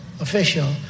official